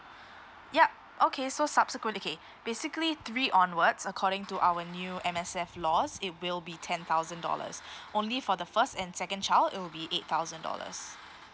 yup okay so subsequently okay basically three onwards according to our new M_S_F laws it will be ten thousand dollars only for the first and second child it will be eight thousand dollars